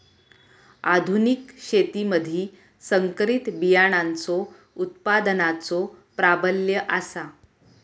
आधुनिक शेतीमधि संकरित बियाणांचो उत्पादनाचो प्राबल्य आसा